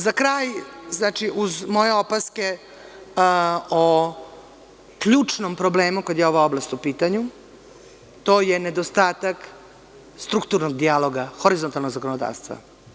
Za kraj, znači, uz moje opaske o ključnom problemu kada je ova oblast u pitanju to je nedostatak strukturnog dijaloga, horizontalnog zakonodavstva.